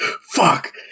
Fuck